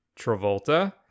Travolta